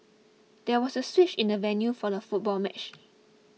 there was a switch in the venue for the football match